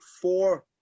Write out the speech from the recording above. four